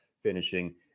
finishing